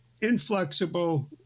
inflexible